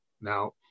Now